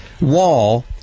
wall